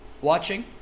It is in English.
watching